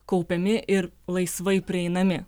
kaupiami ir laisvai prieinami